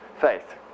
faith